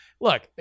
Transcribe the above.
Look